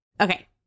Okay